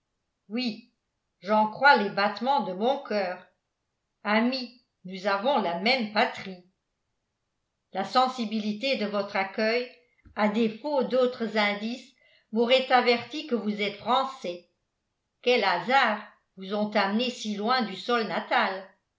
oui j'en crois les battements de mon coeur amis nous avons la même patrie la sensibilité de votre accueil à défaut d'autres indices m'aurait averti que vous êtes français quels hasards vous ont amené si loin du sol natal